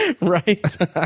Right